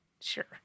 sure